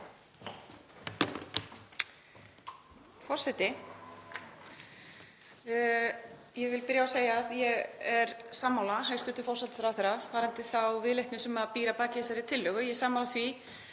Forseti. Ég vil byrja á að segja að ég er sammála hæstv. forsætisráðherra varðandi þá viðleitni sem býr að baki þessari tillögu. Ég er sammála því